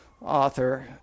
author